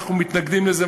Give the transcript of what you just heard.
אנחנו מתנגדים לזה,